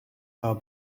are